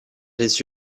les